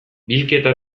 bilketa